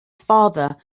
father